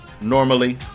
normally